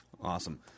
Awesome